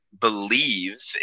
believe